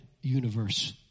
universe